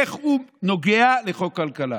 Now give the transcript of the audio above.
איך הוא נוגע לכלכלה?